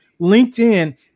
linkedin